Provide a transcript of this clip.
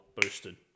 boosted